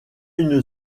une